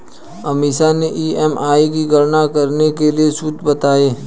अमीषा ने ई.एम.आई की गणना करने के लिए सूत्र बताए